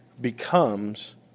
becomes